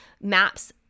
maps